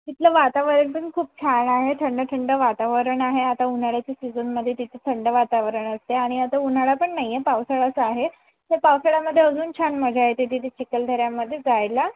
तिथलं वातावरण पण खूप छान आहे थंड थंड वातावरण आहे आता उन्हाळ्याच्या सीझनमध्ये तिथे थंड वातावरण असते आणि आता उन्हाळा पण नाही आहे पावसाळाच आहे तर पावसाळ्यामध्ये अजून छान मजा येते तिथे चिखलदऱ्यामध्ये जायला